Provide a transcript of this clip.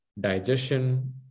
digestion